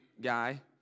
guy